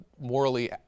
morally